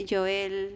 Joel